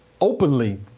openly